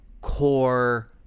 core